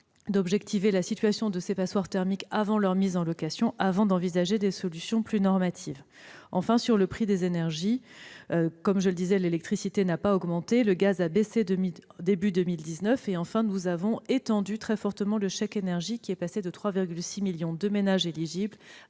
d'objectiver la situation de ces passoires thermiques avant leur mise en location, avant d'envisager des solutions plus normatives. Pour ce qui est du prix des énergies, comme je l'ai souligné, l'électricité n'a pas augmenté et le gaz a baissé au début de cette année. Enfin, nous avons étendu très fortement le chèque énergie, qui est passé de 3,6 millions à 5,8 millions de ménages éligibles